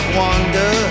wonder